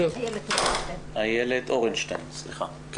אני